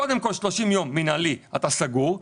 קודם כל 30 ימים מינהלי אתה סגור,